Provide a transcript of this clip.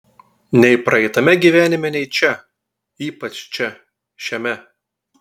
nei praeitame gyvenime nei čia ypač čia šiame